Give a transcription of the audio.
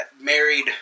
married